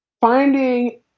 finding